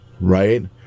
right